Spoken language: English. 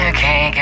Okay